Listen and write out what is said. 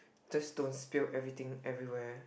just don't spill everything everywhere